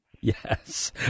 Yes